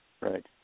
Right